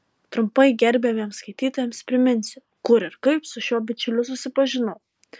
trumpai gerbiamiems skaitytojams priminsiu kur ir kaip su šiuo bičiuliu susipažinau